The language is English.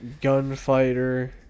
gunfighter